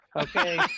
Okay